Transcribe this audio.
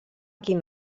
quin